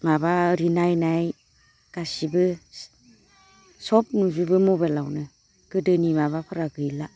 माबा आरि नायनाय गासैबो सब नुजोबो मबाइलावनो गोदोनि माबाफोरा गैला